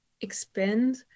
expand